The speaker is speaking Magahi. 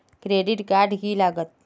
क्रेडिट कार्ड की लागत?